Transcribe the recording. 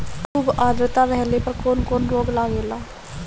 खुब आद्रता रहले पर कौन कौन रोग लागेला?